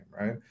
right